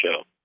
show